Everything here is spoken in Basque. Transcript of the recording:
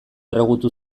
erregutu